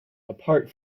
apart